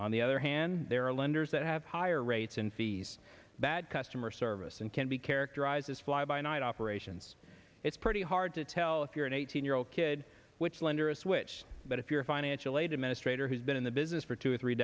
on the other hand there are lenders that have higher rates and fees bad customer service and can be characterized as fly by night operations it's pretty hard to tell if you're an eighteen year old kid which lenders which but if your financial aid administrator has been in the business for two or three